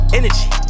energy